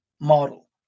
model